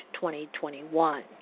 2021